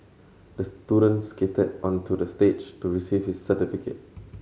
the student skated onto the stage to receive his certificate